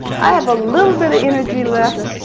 i have a little bit of energy left.